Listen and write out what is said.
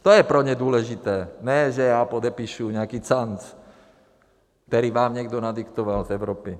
To je pro ně důležité, ne, že já podepíšu nějaký canc, který vám někdo nadiktoval v Evropě.